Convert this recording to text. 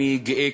אני גאה,